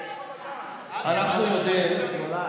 שאנחנו יודעים, מה שצריך.